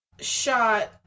shot